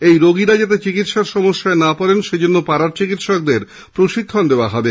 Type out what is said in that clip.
এই রোগীরা যাতে চিকিৎসার সমস্যায় না পড়েন সেজন্য পাড়ার চিকিৎসকদের প্রশিক্ষণ দেওয়া হবে